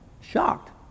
shocked